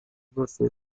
você